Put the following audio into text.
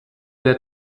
der